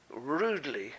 rudely